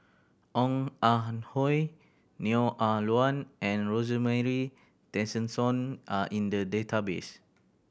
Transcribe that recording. Ong Ah Hoi Neo Ah Luan and Rosemary Tessensohn are in the database